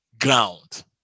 ground